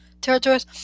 territories